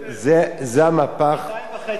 שתיים וחצי, יותר נכון.